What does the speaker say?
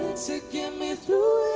get me through